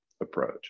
approach